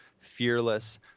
fearless